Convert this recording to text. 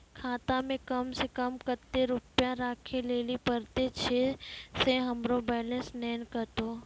खाता मे कम सें कम कत्ते रुपैया राखै लेली परतै, छै सें हमरो बैलेंस नैन कतो?